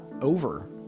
over